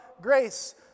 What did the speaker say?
grace